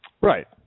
Right